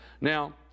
Now